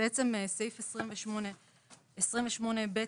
סעיף 28(ב)